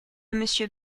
monsieur